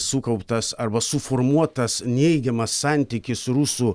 sukauptas arba suformuotas neigiamas santykis rusų